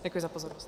Děkuji za pozornost.